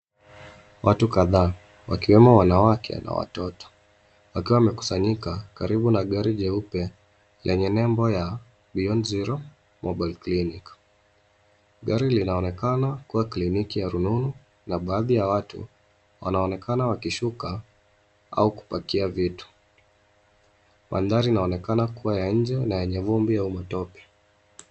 Watu kadhaa wakiwemo wanawake na watoto wakiwa wamekusanyika karibu na gari jeupe lenye nembo ya Beyond Zero Mobile Clinic . Gari linaonekana kuwa kiliniki ya rununu na baadhi ya watu wanaonekana wakishuka au kupakia vitu. Mandhari inaonekana kuwa ya nje na yenye vumbi au matope.